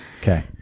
Okay